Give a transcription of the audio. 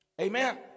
Amen